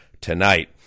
tonight